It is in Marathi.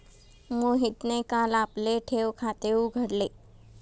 मोहितने काल आपले ठेव खाते उघडले